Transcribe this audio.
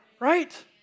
right